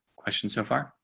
questions so far.